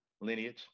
lineage